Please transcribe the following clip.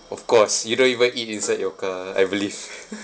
of course you don't even eat inside your car I believe